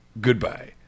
Goodbye